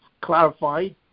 clarified